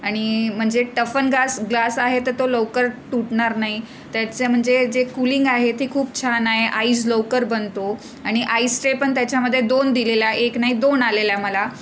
आणि म्हणजे टफन गास ग्लास आहे तर तो लवकर तुटणार नाही त्याचं म्हणजे जे कुलिंग आहे ती खूप छान आहे आईज लवकर बनतो आणि आईस ट्रे पण त्याच्यामध्ये दोन दिलेला एक नाही दोन आलेला मला